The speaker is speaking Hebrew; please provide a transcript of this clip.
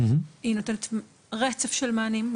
היא נותנת רצף של מענים,